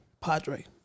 Padre